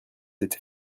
été